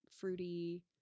fruity